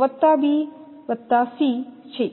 વત્તા B વત્તા C છે